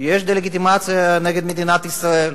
יש דה-לגיטימציה, נגד מדינת ישראל.